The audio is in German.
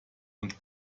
und